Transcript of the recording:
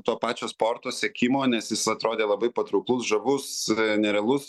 to pačio sporto sekimo nes jis atrodė labai patrauklus žavus nerealus